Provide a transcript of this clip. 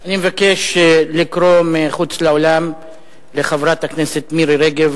אני מבקש לקרוא מחוץ לאולם לחברת הכנסת מירי רגב,